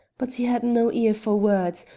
but he had no ear for words,